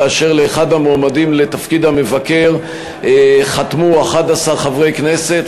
כאשר לאחד המועמדים לתפקיד המבקר חתמו 11 חברי כנסת,